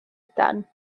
lydan